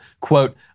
Quote